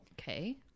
Okay